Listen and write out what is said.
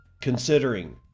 Considering